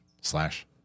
slash